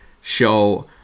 show